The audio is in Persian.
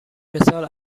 مثال